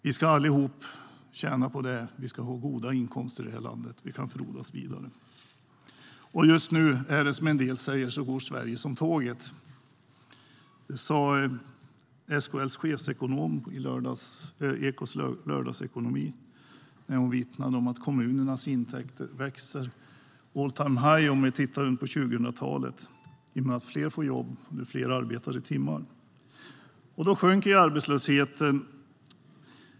Vi ska allihop tjäna på det, och vi ska få goda inkomster i det här landet så att vi kan frodas vidare. Just nu går Sverige som tåget, som en del säger. Det sa SKL:s chefsekonom i Ekots lördagsintervju när hon vittnade om att kommunernas intäkter växer. Det är all-time-high om vi tittar på 2000-talet i och med att fler får jobb med fler arbetade timmar. Då sjunker arbetslösheten.